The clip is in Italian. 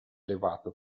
elevato